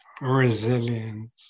resilience